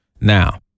Now